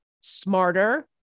smarter